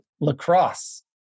lacrosse